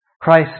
Christ